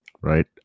right